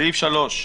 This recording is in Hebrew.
סעיף 3,